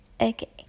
okay